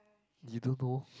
you don't know